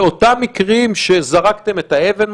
באותם מקרים שזרקתם את האבן,